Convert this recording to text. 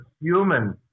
human